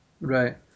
Right